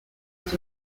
used